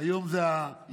היום אלה האיגודים,